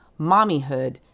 mommyhood